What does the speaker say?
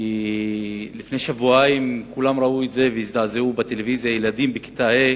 כי לפני שבועיים כולם ראו את זה בטלוויזיה והזדעזעו,